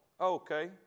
Okay